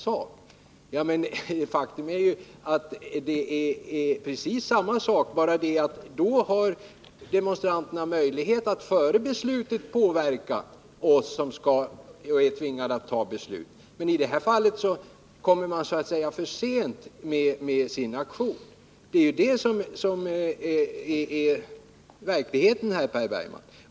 Ett faktum är ju att det är precis samma sak. Skillnaden är bara den att då har demonstranterna möjlighet att före beslutet påverka oss som är tvingade att fatta beslut. Men i fallet Sölvbacka kom man för sent med sin aktion. Detta är verkligheten, Per Bergman.